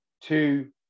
two